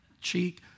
cheek